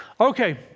Okay